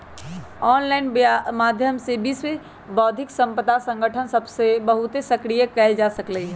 online माध्यम से विश्व बौद्धिक संपदा संगठन बहुते सक्रिय कएल जा सकलई ह